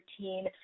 routine